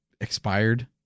expired